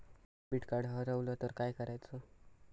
Debit card हरवल तर काय करायच?